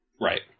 Right